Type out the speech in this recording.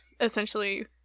essentially